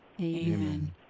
Amen